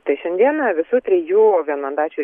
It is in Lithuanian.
tai šiandieną visų trijų vienmandačių